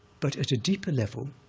but at a deeper level,